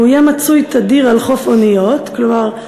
הוא יהיה מצוי תדיר על חוף אוניות", כלומר,